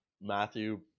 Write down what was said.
Matthew